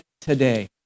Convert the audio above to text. today